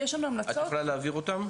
את יכולה להעביר אותן?